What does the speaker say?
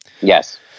Yes